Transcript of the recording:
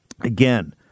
Again